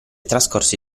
trascorse